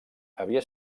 havia